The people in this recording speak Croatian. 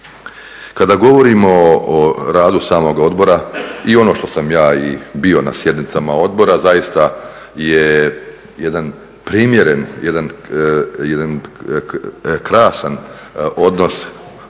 Kada govorimo o radu samog odbora i ono što sam ja i bio na sjednicama odbora zaista je jedan primjeren, jedan krasan odnos dakle